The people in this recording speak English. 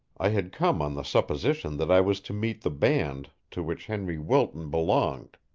i had come on the supposition that i was to meet the band to which henry wilton belonged.